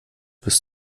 bis